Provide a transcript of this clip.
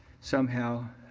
somehow,